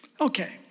Okay